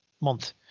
month